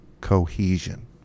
cohesion